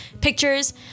pictures